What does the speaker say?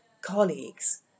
colleagues